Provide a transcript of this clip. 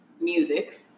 music